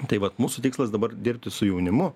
tai vat mūsų tikslas dabar dirbti su jaunimu